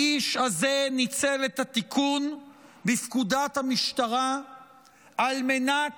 האיש הזה ניצל את התיקון בפקודת המשטרה על מנת